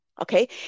Okay